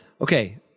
Okay